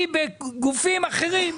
היא בגופים אחרים,